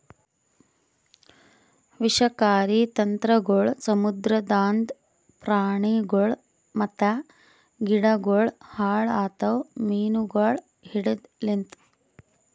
ವಿನಾಶಕಾರಿ ತಂತ್ರಗೊಳ್ ಸಮುದ್ರದಾಂದ್ ಪ್ರಾಣಿಗೊಳ್ ಮತ್ತ ಗಿಡಗೊಳ್ ಹಾಳ್ ಆತವ್ ಮೀನುಗೊಳ್ ಹಿಡೆದ್ ಲಿಂತ್